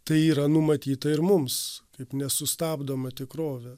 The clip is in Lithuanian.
tai yra numatyta ir mums kaip nesustabdoma tikrovė